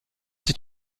sich